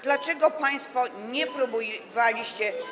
Dlaczego państwo nie próbowaliście.